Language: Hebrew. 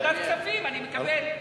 ועדת כספים, אני מקבל.